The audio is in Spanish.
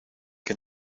que